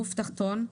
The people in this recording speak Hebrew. גוף תחתון,